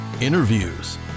interviews